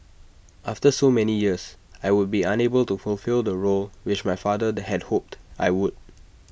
after so many years I would be unable to fulfil the role which my father they had hoped I would